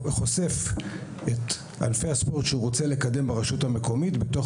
חושף את ענפי הספורט שהוא רוצה לקדם ברשות המקומית בתוך